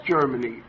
Germany